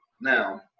Now